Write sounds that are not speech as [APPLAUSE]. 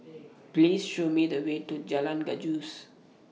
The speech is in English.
[NOISE] Please Show Me The Way to Jalan Gajus